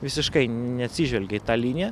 visiškai neatsižvelgė į tą liniją